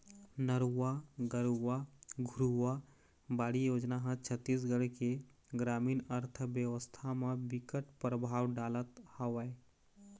नरूवा, गरूवा, घुरूवा, बाड़ी योजना ह छत्तीसगढ़ के गरामीन अर्थबेवस्था म बिकट परभाव डालत हवय